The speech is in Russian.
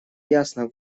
ясно